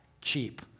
cheap